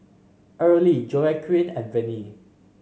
Early Joaquin and Venie